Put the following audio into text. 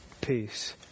peace